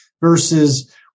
versus